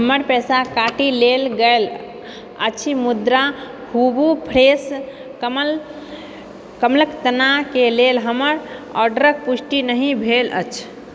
हमर पैसा काटि लेल गेल अछि मुद्रा हूवु फ्रेश कमल कमलके तनाके लेल हमर ऑर्डरके पुष्टि नहि भेल अछि